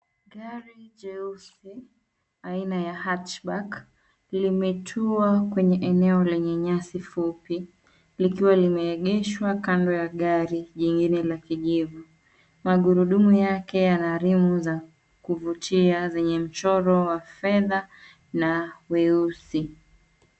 Gari jeusi aina ya hatchback limetua kwenye eneo lenye nyasi fupi likiwa limeegeshwa kando ya gari jingine la kijivu , magurudumu yake yana remo la kuvutia zenye mchoro wa fedha na weusi.